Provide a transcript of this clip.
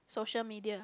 social media